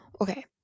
okay